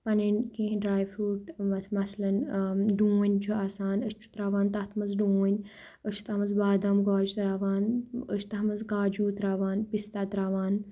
پَنٕنۍ کینٛہہ dry fruit مثلاً ڈوٗنۍ چھُ آسان أسۍ چھِ ترٛاوان تَتھ منٛز ڈوٗنۍ أسۍ چھِ تَتھ منٛز بادام گوج ترٛاوان أسۍ چھِ تَتھ منٛز کاجوٗ ترٛاوان پِستا ترٛاوان